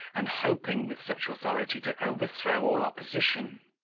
and hoping, with such authority, to overthrow all opposition.